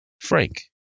Frank